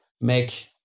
make